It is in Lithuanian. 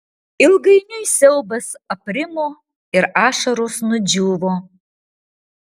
ilgainiui siaubas aprimo ir ašaros nudžiūvo